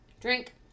Drink